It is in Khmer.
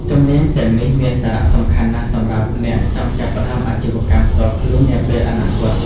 ជំនាញទាំងនេះមានសារៈសំខាន់ណាស់សម្រាប់អ្នកចង់ចាប់ផ្តើមអាជីវកម្មផ្ទាល់ខ្លួននាពេលអនាគត។